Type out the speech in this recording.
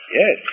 yes